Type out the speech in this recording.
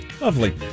Lovely